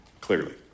clearly